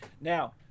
now